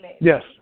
Yes